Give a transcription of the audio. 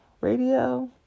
radio